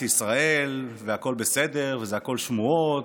ישראל והכול בסדר וזה הכול שמועות.